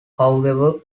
however